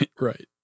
right